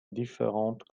différents